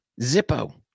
Zippo